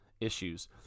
issues